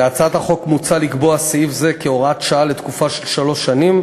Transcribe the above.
בהצעת החוק מוצע לקבוע סעיף זה כהוראת שעה לתקופה של שלוש שנים,